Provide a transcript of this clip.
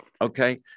Okay